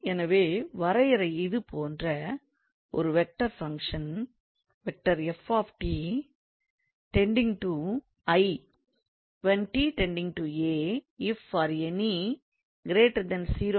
எனவே வரையறை இது போன்ற ஒரு vector function 𝑓⃗𝑡 → 𝐼 when 𝑡 → 𝑎 if for any 0